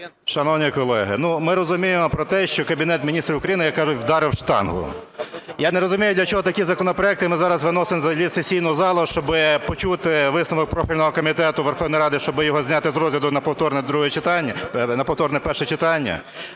Шановні колеги, ми розуміємо про те, що Кабінет Міністрів України, як кажуть, ударив у штангу. Я не розумію, для чого такі законопроекти ми зараз виносимо взагалі в сесійну залу. Щоб почути висновок профільного комітету Верховної Ради, щоб його зняти з розгляду на повторне перше читання,